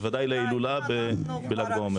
בוודאי להילולה בל"ג בעומר.